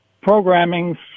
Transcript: programming